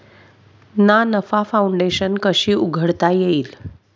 ना नफा फाउंडेशन कशी उघडता येईल?